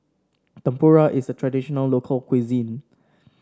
tempura is a traditional local cuisine